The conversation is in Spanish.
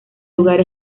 lugar